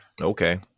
okay